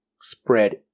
spread